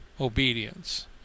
obedience